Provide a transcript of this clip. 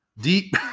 deep